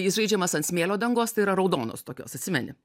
jis žaidžiamas ant smėlio dangos tai yra raudonos tokios atsimeni